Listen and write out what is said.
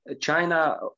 China